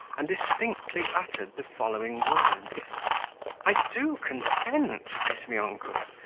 and distinctly uttered the following words i do consent, bizmyonkov.